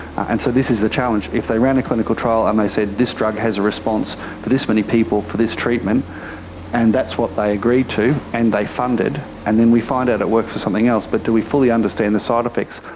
and so this is the challenge. if they ran a clinical trial and said this drug has a response for this many people for this treatment and that's what are they agreed to and they fund it and then we find out it works for something else, but do we fully understand the side effects,